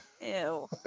Ew